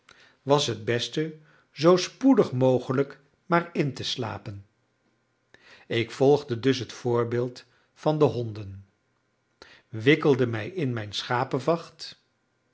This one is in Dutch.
was het beste zoo spoedig mogelijk maar in te slapen ik volgde dus het voorbeeld van de honden wikkelde mij in mijn schapevacht